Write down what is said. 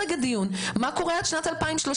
מה קורה עד שנת 2030?